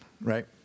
right